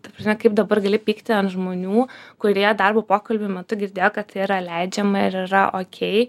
ta prasme kaip dabar gali pykti ant žmonių kurie darbo pokalbio metu girdėjo kad tai yra leidžiama ir yra okei